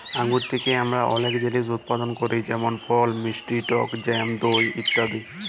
আঙ্গুর থ্যাকে আমরা অলেক জিলিস উৎপাদল ক্যরি যেমল ফল, মিষ্টি টক জ্যাম, মদ ইত্যাদি